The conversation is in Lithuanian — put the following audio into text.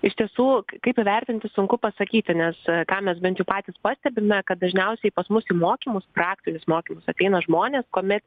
iš tiesų kaip įvertinti sunku pasakyti nes ką mes bent jau patys pastebime kad dažniausiai pas mus į mokymus praktinius mokymus ateina žmonės kuome